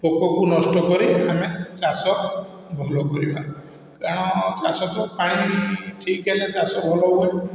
ପୋକକୁ ନଷ୍ଟ କରି ଆମେ ଚାଷ ଭଲ କରିବା କାରଣ ଚାଷକୁ ପାଣି ଠିକ ହେଲେ ଚାଷ ଭଲ ହୁଏ